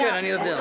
כן, אני יודע.